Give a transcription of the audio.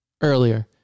earlier